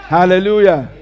Hallelujah